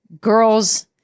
girls